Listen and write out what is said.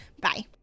Bye